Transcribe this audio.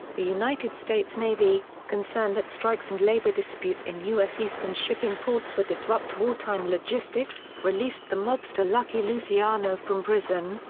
the united states navy, concerned that strikes and labor disputes in u s. eastern shipping ports would disrupt wartime logistics, released the mobster lucky luciano from prison,